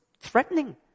threatening